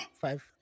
Five